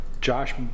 Josh